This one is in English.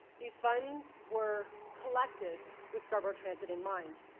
these funds were collected with scarborough transit in mind.